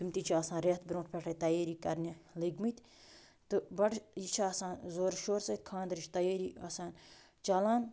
تِم تہِ چھِ آسان رٮ۪تھ برونٛٹھ پٮ۪ٹھ تیٲری کرنہِ لٔگِمٕتۍ تہٕ بَڑٕ یہِ چھِ آسان زورٕ شورٕ سۭتۍ خانٛدٕرٕچ تیٲری آسان چلان